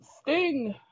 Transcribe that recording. Sting